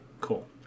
Cool